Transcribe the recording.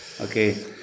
Okay